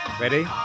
ready